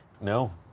No